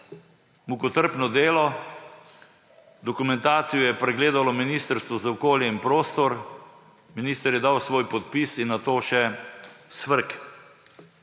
mukotrpno delo, dokumentacijo je pregledalo Ministrstvo za okolje in prostor, minister je dal svoj podpis in nato še SVRK.